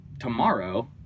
tomorrow